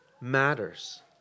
matters